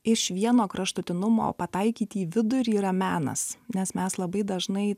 iš vieno kraštutinumo pataikyti į vidurį yra menas nes mes labai dažnai